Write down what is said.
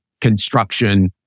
construction